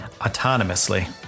autonomously